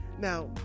Now